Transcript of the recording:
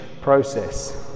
process